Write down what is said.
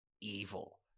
evil